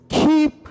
keep